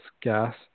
gas